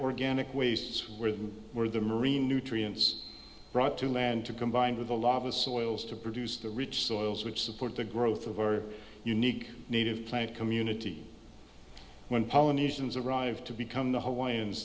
organic ways where the where the marine nutrients brought to land to combine with the lava soils to produce the rich soils which support the growth of our unique native plant community when polynesians arrived to become the hawaiian